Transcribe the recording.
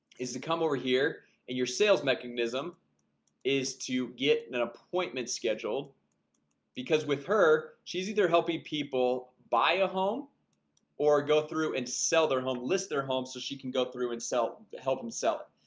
is to come over here and your sales mechanism is to get an appointment scheduled because with her she's either helping people buy a home or go through and sell their home list their home so she can go through and sell to help him sell it,